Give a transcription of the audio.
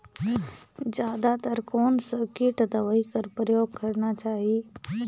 जादा तर कोन स किट दवाई कर प्रयोग करना चाही?